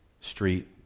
street